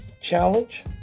challenge